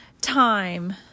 time